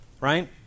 right